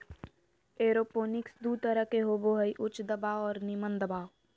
aeroponics दू तरह के होबो हइ उच्च दबाव और निम्न दबाव